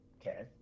Okay